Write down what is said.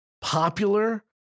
popular